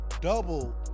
double